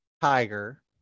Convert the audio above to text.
tiger